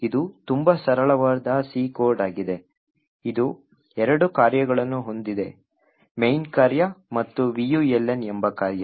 ಇದು ತುಂಬಾ ಸರಳವಾದ C ಕೋಡ್ ಆಗಿದೆ ಇದು ಎರಡು ಕಾರ್ಯಗಳನ್ನು ಹೊಂದಿದೆ main ಕಾರ್ಯ ಮತ್ತು vuln ಎಂಬ ಕಾರ್ಯ